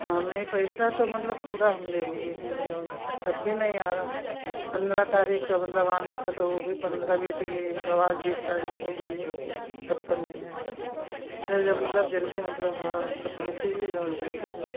हाँ नहीं पैसा तो मतलब पूरा हम दे दिए हैं जो है तब भी नहीं आ रहा है पन्द्रह तारीख का मतलब आना था तो वह भी पन्द्रह बीत गई है मतलब आज बीस तारीख हो गई है तब पर नहीं आया है अरे जब मतलब जल्दी मतलब हमारा मतलब भेज दीजिए जो है मतलब जो